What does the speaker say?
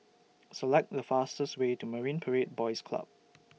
Select The fastest Way to Marine Parade Boys Club